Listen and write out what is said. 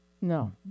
No